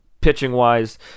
pitching-wise